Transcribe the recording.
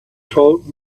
told